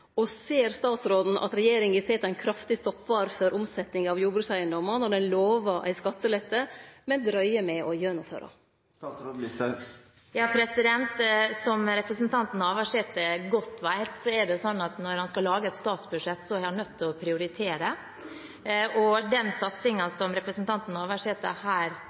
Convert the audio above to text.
Og ser statsråden at regjeringa set ein kraftig stoppar for omsetjing av jordbrukseigedommar når dei lovar ein skattelette, men utset å gjennomføre? Som representanten Navarsete godt vet, er det slik at når en skal lage et statsbudsjett, er en nødt til å prioritere, og den satsingen som representanten Navarsete her